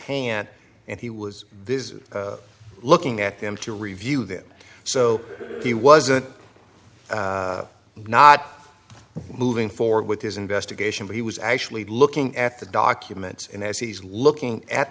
hand and he was this looking at them to review them so he was a not moving forward with his investigation but he was actually looking at the document and as he's looking at